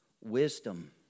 wisdom